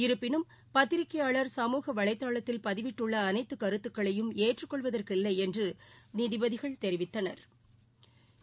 இருப்பினும் பத்திரிகையாளர் சமூக வலைதளத்தில் பதிவிட்டுள்ளஅனைத்துகருத்துக்களையும் ஏற்றுக் கொள்வதற்கில்லைஎன்றுநீதிபதிகள் தெரிவித்தனா்